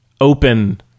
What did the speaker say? open